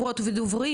ודוברים,